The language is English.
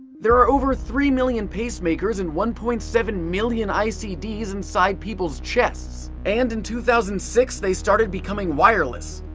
there are over three million pacemakers and one point seven million icds inside people's chests, and in two thousand and six they started becoming wireless